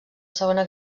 segona